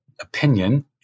opinion